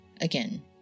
again